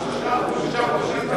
ממש עכשיו שישה חודשים.